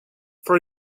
for